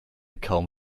kaum